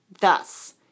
Thus